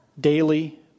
daily